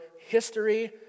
history